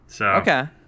Okay